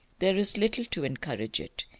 there is little to encourage it.